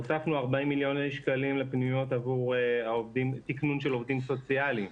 הוספנו 40 מיליון שקלים לפנימיות עבור תקנון של עובדים סוציאליים,